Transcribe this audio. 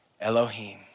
Elohim